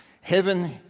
Heaven